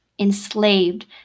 Enslaved